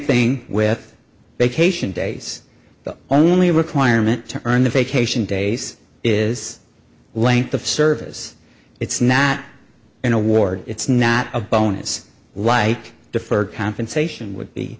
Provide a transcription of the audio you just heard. thing with vacation days the only requirement to earn the vacation days is length of service it's not an award it's not a bonus like deferred compensation would be